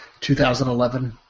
2011